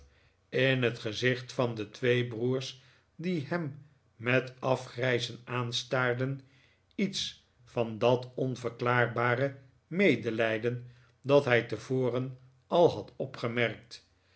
in het gezicht van de twee broers die hem met afgrijzen aanstaarden iets van dat onverklaarbare medelijden dat hij tevoren al had opgemerkt